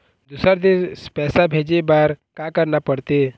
दुसर देश पैसा भेजे बार का करना पड़ते?